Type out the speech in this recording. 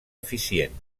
eficient